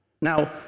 Now